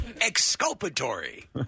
Exculpatory